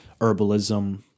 herbalism